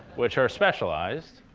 which are specialized.